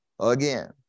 again